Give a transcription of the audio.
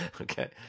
Okay